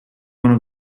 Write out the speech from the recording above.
one